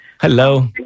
Hello